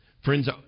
Friends